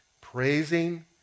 praising